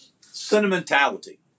Sentimentality